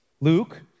Luke